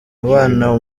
bana